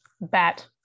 Bat